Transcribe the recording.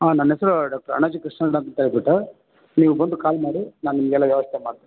ಹಾಂ ನನ್ನ ಹೆಸ್ರು ಡಾಕ್ಟರ್ ಅಣ್ಣಾಜಿ ಕೃಷ್ಣಣ್ಣ ಅಂತೇಳ್ಬಿಟ್ಟು ನೀವು ಬಂದು ಕಾಲ್ ಮಾಡಿ ನಾನು ನಿಮಗೆಲ್ಲ ವ್ಯವಸ್ಥೆ ಮಾಡ್ತೀನಿ